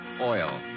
Oil